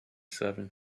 serving